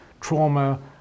trauma